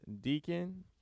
deacon